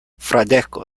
fradeko